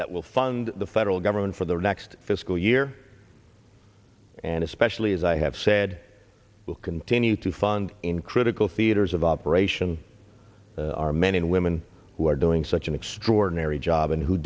that will fund the federal government for the next fiscal year and especially as i have said we'll continue to fund in critical theaters of operation our men and women who are doing such an extraordinary job and who